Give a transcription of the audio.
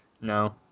no